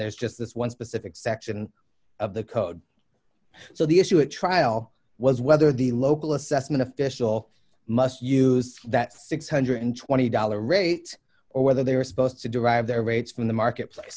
there's just this one specific section of the code so the issue at trial was whether the local assessment official must use that six hundred and twenty dollars rate or whether they were supposed to derive their rates from the market place